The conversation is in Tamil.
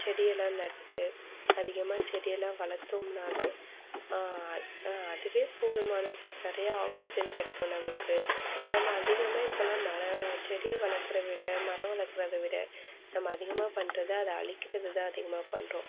செடி எல்லாம் நட்டு அதிகமாக செடி எல்லாம் வளர்த்தோம்ன்னாவே அதுவே போதுமானது நிறையா ஆக்ஸிஜன் கிடைக்கும் நமக்கு நம்ம அதிகமாக இப்போ எல்லாம் மரம் செடியை வளக்கிறதை விட மரம் வளக்கிறதை விட நம்ம அதிகமாக பண்ணுறது அதை அழிக்கிறது தான் அதிகமாக பண்ணுறோம்